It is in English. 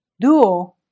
DUO